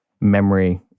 memory